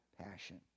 passion